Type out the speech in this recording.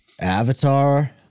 Avatar